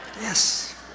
Yes